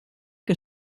que